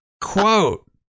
Quote